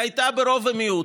היא הייתה ברוב ומיעוט,